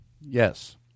Yes